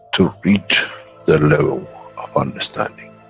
to reach the level of understanding